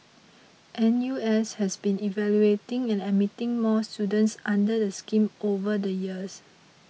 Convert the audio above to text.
N U S has been evaluating and admitting more students under the scheme over the years